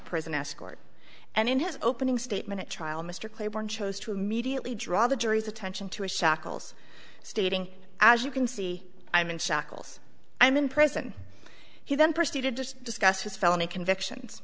prison escort and in his opening statement at trial mr claiborne chose to immediately draw the jury's attention to his shackles stating as you can see i'm in shackles i'm in prison he then proceeded to discuss his felony convictions